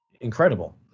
incredible